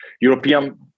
European